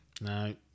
no